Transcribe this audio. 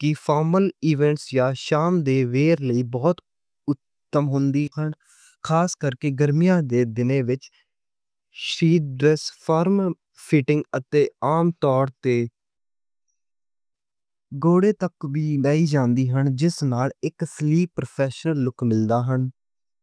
کی formal events یا evening where لئی بہت اُتم ہوندی ہن۔ خاص کر کے گرمیاں دے دنہ وچ شیتھ ڈریس فارم-فٹنگ اتے عام طور اتے گھٹنے تک وی جاندی ہن۔ جس نال ایک اصلی پروفیشنل لُک ملدا ہے۔